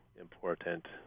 important